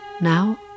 Now